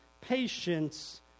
patience